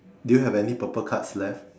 do you have any purple cards left